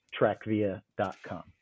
trackvia.com